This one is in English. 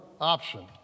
option